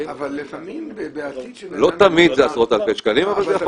של עשרות אלפי שקלים.